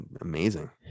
amazing